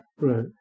Right